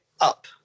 Up